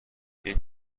این